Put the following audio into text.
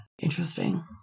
interesting